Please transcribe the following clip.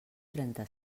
trenta